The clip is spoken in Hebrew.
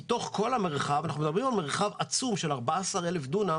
מתוך כל המרחב שהוא עצום, 14,000 דונם